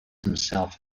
himself